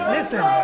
Listen